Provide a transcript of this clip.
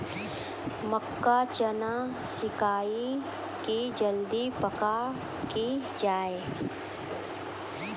मक्का चना सिखाइए कि जल्दी पक की जय?